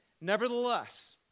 Nevertheless